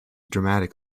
dramatic